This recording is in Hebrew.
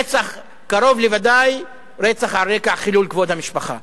רצח, קרוב לוודאי על רקע חילול כבוד המשפחה.